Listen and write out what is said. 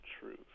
truth